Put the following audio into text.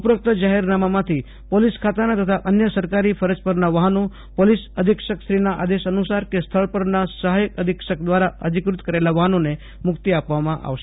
ઉપરોકત જાહેરનામાથી પોલીસ ખાતાનાં તથા અન્ય સરકારી ફરજ પરનાં વાહનો પોલીસ અધિક્ષકના આદેશ અનુસાર કે સ્થળ પરના સહાયક અધિક્ષક વ્રારા અધિકૃત કરેલાં વાહનોને મૂકિત આપવામાં આવે છે